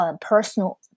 Personal